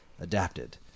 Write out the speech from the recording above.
adapted